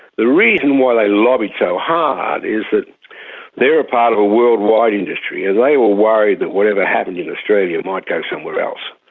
the reason why they lobbied so hard is that they are a part of a worldwide industry and they were worried that whatever happened in australia might go somewhere else.